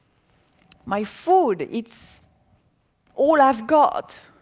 my food, it's all i've got.